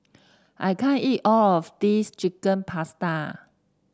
I can't eat all of this Chicken Pasta